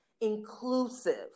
inclusive